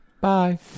Bye